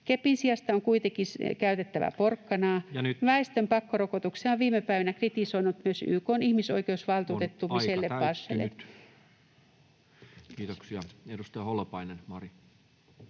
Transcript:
Kepin sijasta on kuitenkin käytettävä porkkanaa. [Puhemies huomauttaa ajasta] Väestön pakkorokotuksia on viime päivinä kritisoinut myös YK:n ihmisoikeusvaltuutettu Michelle Bachelet.” Kiitoksia. — Edustaja Holopainen, Mari.